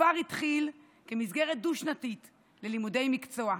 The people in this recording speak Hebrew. הכפר התחיל כמסגרת דו-שנתית ללימודי מקצוע.